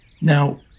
Now